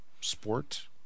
sport